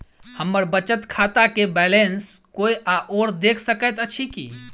हम्मर बचत खाता केँ बैलेंस कोय आओर देख सकैत अछि की